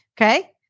Okay